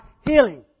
healing